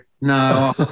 No